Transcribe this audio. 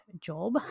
job